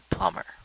Plumber